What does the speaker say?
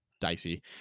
dicey